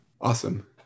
Awesome